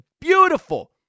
beautiful